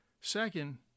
Second